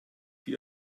für